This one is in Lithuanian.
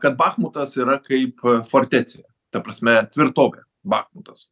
kad bachmutas yra kaip fortecija ta prasme tvirtovė bachmutas